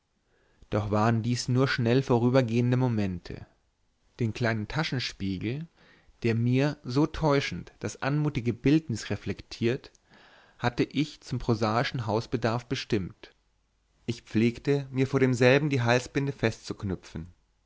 doch waren dies nur schnell vorübergehende momente den kleinen taschenspiegel der mir so täuschend das anmutige bildnis reflektiert hatte ich zum prosaischen hausbedarf bestimmt ich pflegte mir vor demselben die halsbinde festzuknüpfen